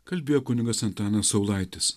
kalbėjo kunigas antanas saulaitis